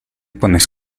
pones